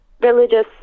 religious